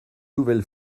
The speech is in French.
nouvelle